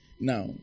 Now